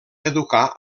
educar